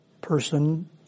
person